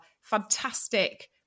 fantastic